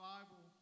Bible